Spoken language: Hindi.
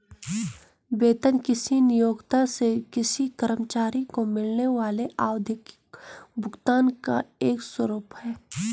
वेतन किसी नियोक्ता से किसी कर्मचारी को मिलने वाले आवधिक भुगतान का एक स्वरूप है